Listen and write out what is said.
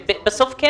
שזה בסוף כן